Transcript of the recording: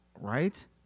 Right